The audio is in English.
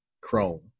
Chrome